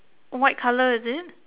white colour is it